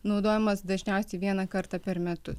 naudojamas dažniausiai vieną kartą per metus